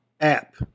app